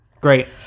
Great